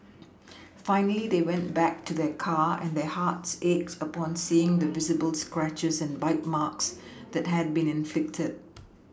finally they went back to their car and their hearts ached upon seeing the visible scratches and bite marks that had been inflicted